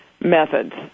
methods